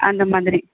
அந்த மாதிரி